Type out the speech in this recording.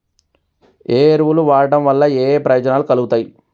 ఏ ఎరువులు వాడటం వల్ల ఏయే ప్రయోజనాలు కలుగుతయి?